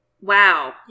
Wow